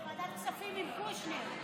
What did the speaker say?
זה ועדת כספים, עם קושניר.